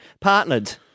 partnered